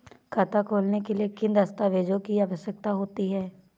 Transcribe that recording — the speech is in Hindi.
खाता खोलने के लिए किन दस्तावेजों की आवश्यकता होती है?